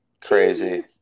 Crazy